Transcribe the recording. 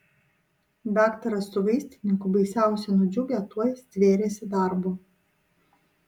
daktaras su vaistininku baisiausiai nudžiugę tuoj stvėrėsi darbo